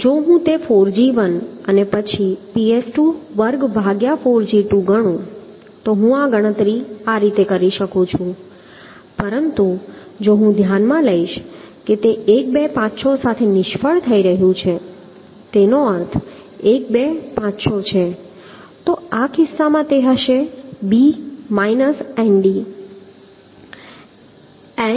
તેથી જો હું તે 4g1 અને પછીPs224g2ગણું તો હું આ રીતે ગણતરી કરી શકું છું પરંતુ જો હું ધ્યાનમાં લઈશ કે તે 1 2 5 6 સાથે નિષ્ફળ થઈ રહ્યું છે તેનો અર્થ 1 2 5 6 છે તો આ કિસ્સામાં તે હશે b nd